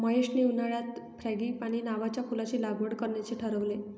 महेशने उन्हाळ्यात फ्रँगीपानी नावाच्या फुलाची लागवड करण्याचे ठरवले